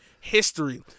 history